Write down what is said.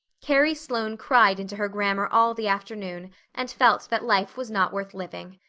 carrie sloane cried into her grammar all the afternoon and felt that life was not worth living.